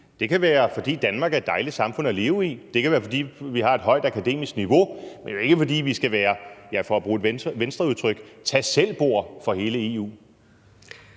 det kan være, fordi Danmark er et dejligt samfund at leve i, og fordi vi har et højt akademisk niveau, men altså ikke fordi vi skal være et, for at bruge et Venstre-udtryk, tag selv-bord for hele EU.